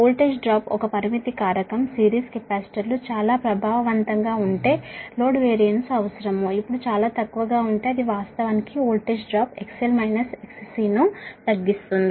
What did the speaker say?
voltage drop ఒక పరిమితి కారకం సిరీస్ కెపాసిటర్లు చాలా ప్రభావవంతంగా ఉంటే లోడ్ VAR అవసరం ఇప్పుడు చాలా తక్కువగా ఉంటే అది వాస్తవానికి వోల్టేజ్ డ్రాప్ XL - XC ను తగ్గిస్తుంది